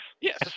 Yes